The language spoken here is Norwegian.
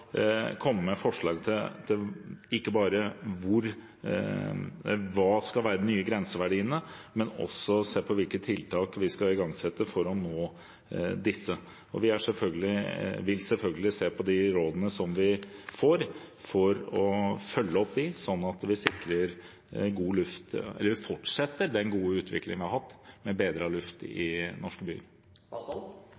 se på hvilke tiltak vi skal igangsette for å nå disse. Og vi vil selvfølgelig se på de rådene vi får, og følge opp dem, slik at vi sikrer god luft og fortsetter den gode utviklingen vi har hatt med bedret luft i